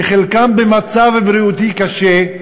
חלקם במצב בריאותי קשה,